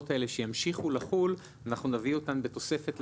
האלה שימשיכו לחול אנחנו נביא אותן בתוספת לחוק,